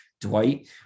Dwight